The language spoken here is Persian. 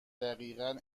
دقیقن